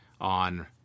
On